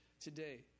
today